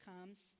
comes